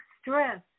stress